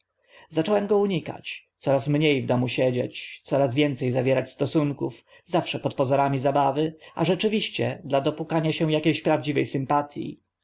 zacząłem go unikać coraz mnie w domu siedzieć coraz więce zawierać stosunków zawsze pod pozorami zabawy a rzeczywiście dla dopukania się akie ś prawdziwe sympatii